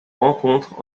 rencontre